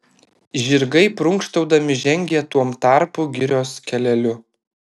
žirgai prunkštaudami žengė tuom tarpu girios keleliu